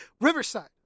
Riverside